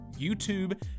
YouTube